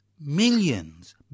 millions